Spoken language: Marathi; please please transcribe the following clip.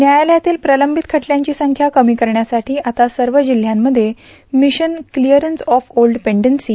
न्यायालयातील प्रलंबित खटल्यांची संख्या कमी करण्यासाठी आता सर्व जिल्ह्यांमध्ये mission clearance of old pendency